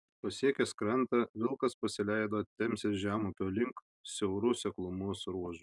pasiekęs krantą vilkas pasileido temzės žemupio link siauru seklumos ruožu